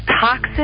toxic